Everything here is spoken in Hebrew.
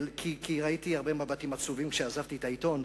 כי ראיתי הרבה מבטים עצובים כשעזבתי את העיתון,